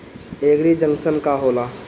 एगरी junction का होला?